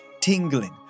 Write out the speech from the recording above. tingling